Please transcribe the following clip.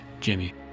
Jimmy